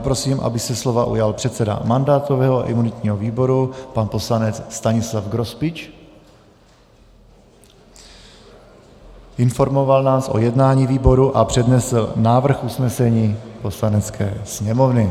Prosím, aby se slova ujal předseda mandátového a imunitního výboru pan poslanec Stanislav Grospič, informoval nás o jednání výboru a přednesl návrh usnesení Poslanecké sněmovny.